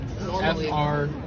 F-R